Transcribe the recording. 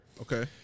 Okay